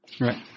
Right